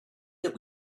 that